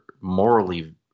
morally